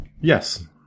Yes